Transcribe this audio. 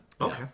Okay